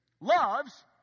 loves